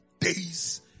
days